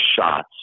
shots